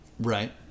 Right